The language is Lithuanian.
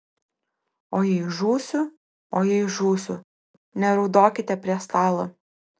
o jei žūsiu o jei žūsiu neraudokite prie stalo